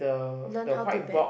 learn how to bet